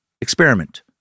experiment